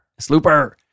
Slooper